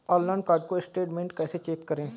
Online card statement कैसे check करें?